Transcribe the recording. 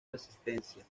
resistencia